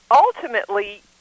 ultimately